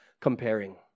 comparing